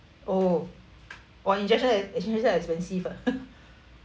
oh !wah! injection leh injection expensive ah